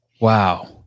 Wow